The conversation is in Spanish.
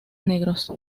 negros